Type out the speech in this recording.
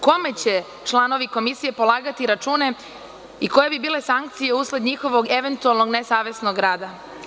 Kome će članovi komisije polagati račune i koje bi bile sankcije usled njihovog eventualnog nesavesnog rada?